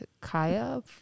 Kaya